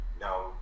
Now